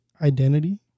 identity